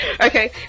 Okay